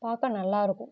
பார்க்க நல்லாயிருக்கும்